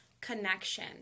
connection